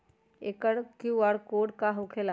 एकर QR code का होकेला?